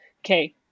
Okay